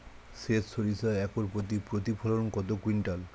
সেত সরিষা একর প্রতি প্রতিফলন কত কুইন্টাল?